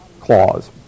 clause